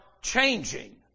changing